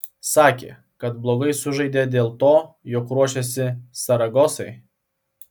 sakė kad blogai sužaidė dėl to jog ruošėsi saragosai